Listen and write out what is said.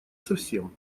совсем